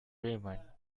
raymond